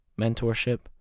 mentorship